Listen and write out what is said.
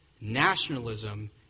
nationalism